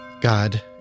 God